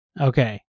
Okay